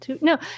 No